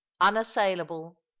unassailable